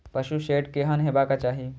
पशु शेड केहन हेबाक चाही?